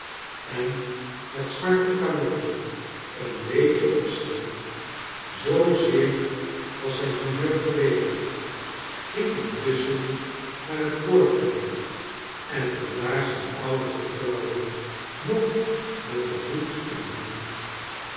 en het zwarte kalotje een beetje op zij zoo zeer was zijn humeur verbeterd ging iutusschen naar het voorplein en vond daar zijn oude getrouwe nog met den hoed in de hand